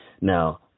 Now